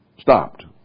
Stopped